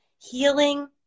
healing